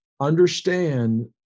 understand